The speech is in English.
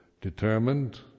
determined